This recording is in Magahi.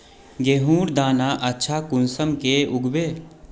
गेहूँर दाना अच्छा कुंसम के उगबे?